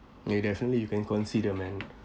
eh definitely you can consider man